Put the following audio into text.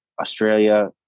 Australia